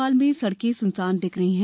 भोपाल में सड़कें स्नसान दिख रही हैं